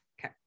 Okay